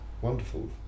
wonderful